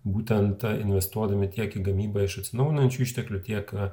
būtent investuodami tiek į gamybą iš atsinaujinančių išteklių tiek a